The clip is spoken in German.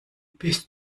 bist